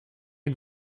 une